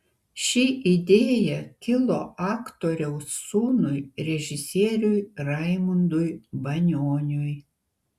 ši idėja kilo aktoriaus sūnui režisieriui raimundui banioniui